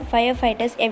Firefighters